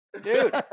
Dude